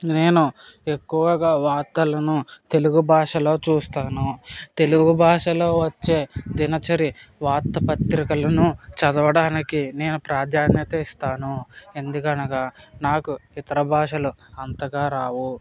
నేను ఎక్కువగా వార్తలను తెలుగు భాషలో చూస్తాను తెలుగు భాషలో వచ్చే దినచరి వార్తా పత్రికలను చదవడానికి నేను ప్రాధాన్యత ఇస్తాను ఎందుకనగా నాకు ఇతర భాషలు అంతగా రావు